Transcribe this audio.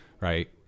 Right